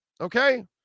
okay